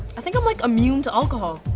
i think i'm like immune to alcohol.